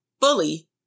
fully